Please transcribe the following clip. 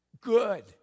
good